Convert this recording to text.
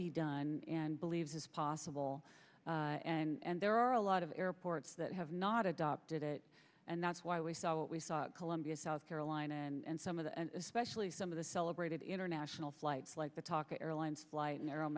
be done and believes is possible and there are a lot of airports that have not adopted it and that's why we saw what we saw columbia south carolina and some of the especially some of the celebrated international flights like the talk airlines flight in their own